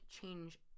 change